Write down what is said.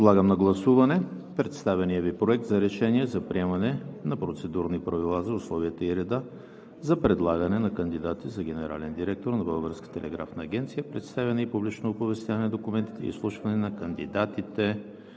Подлагам на гласуване представения Ви Проект за Решение за приемане на процедурни правила за условията и реда за предлагане на кандидати за генерален директор на Българската телеграфна агенция, представяне и публично оповестяване на документите и изслушване на кандидатите